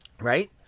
right